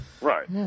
Right